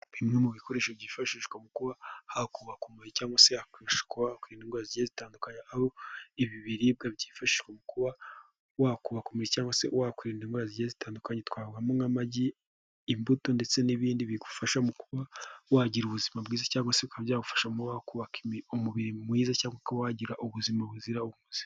Bimwe mu bikoresho byifashishwa mu hakubaka umubiri cyangwa se hashwa indwara zitandukanyekanya aho ibi biribwa byifashishwa mu kuba wakubaka cyangwa se wakwirindanda indwara zi zitandukanye twavamo nk'amagi imbuto ndetse n'ibindi bigufasha kuba wagira ubuzima bwiza cyangwa se uka byagufasha umubiri mwiza cyangwa wagira ubuzima buzira umuze.